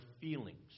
feelings